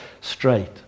straight